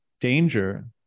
danger